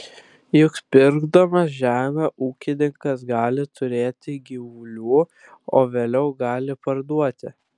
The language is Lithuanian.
juk pirkdamas žemę ūkininkas gali turėti gyvulių o vėliau gali parduoti